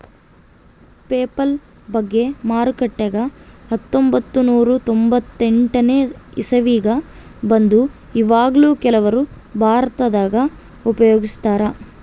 PayPal ಬಗ್ಗೆ ಮಾರುಕಟ್ಟೆಗ ಹತ್ತೊಂಭತ್ತು ನೂರ ತೊಂಬತ್ತೆಂಟನೇ ಇಸವಿಗ ಬಂತು ಈವಗ್ಲೂ ಕೆಲವರು ಭಾರತದಗ ಉಪಯೋಗಿಸ್ತರಾ